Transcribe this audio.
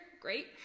great